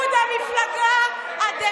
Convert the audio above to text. מה לעשות, האמת כואבת, מרה, שורפת.